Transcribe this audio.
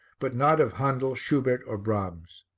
but not of handel, schubert or brahms.